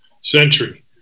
century